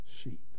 sheep